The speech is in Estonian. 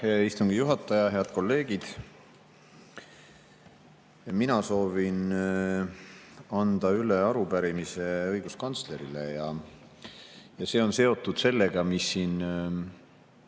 istungi juhataja! Head kolleegid! Mina soovin anda üle arupärimise õiguskantslerile. See on seotud sellega, mis siin